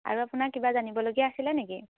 আৰু আপোনাৰ কিবা জানিবলগীয়া আছিলে নেকি